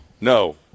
No